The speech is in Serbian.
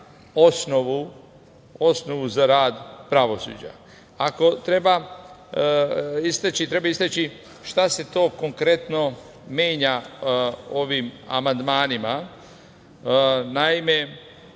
osnovu za rad pravosuđa. Ako treba istaći, treba istaći šta se to konkretno menja ovim amandmanima. Naime,